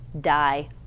die